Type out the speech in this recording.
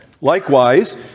Likewise